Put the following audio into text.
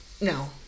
no